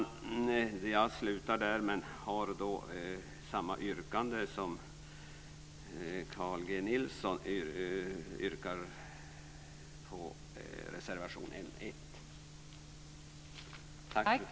Jag avslutar med detta. Jag har samma yrkande som Carl G Nilsson och yrkar bifall till reservation 1.